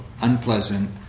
unpleasant